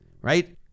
right